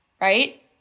right